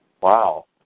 Wow